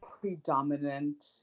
predominant